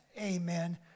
amen